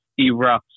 erupts